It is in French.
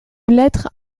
lettre